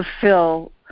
fulfill